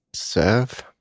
Serve